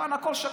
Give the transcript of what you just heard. כאן הכול שקוף,